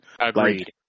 Agreed